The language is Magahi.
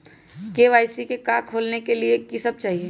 के.वाई.सी का का खोलने के लिए कि सब चाहिए?